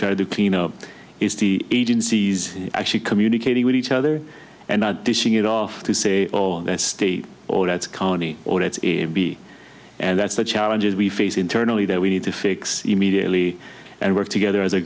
try to clean up is the agencies actually communicating with each other and not dissing it off to say or their state or that's county or let's be and that's the challenges we face internally that we need to fix immediately and work together as a